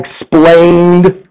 explained